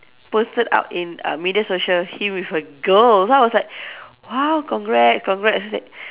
posted out in uh media social he with a girl so I was like !wow! congrats congrats so I said